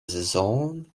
saison